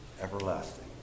everlasting